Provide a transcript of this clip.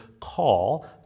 call